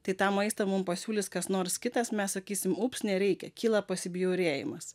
tai tą maistą mum pasiūlys kas nors kitas mes sakysim ups nereikia kyla pasibjaurėjimas